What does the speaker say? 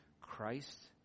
Christ